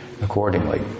accordingly